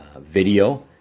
video